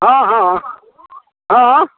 हँ हँ हँ अँह